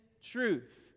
truth